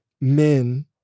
men